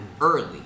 early